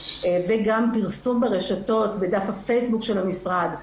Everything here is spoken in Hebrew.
וגם פרסום ברשתות בדף הפייסבוק של המשרד,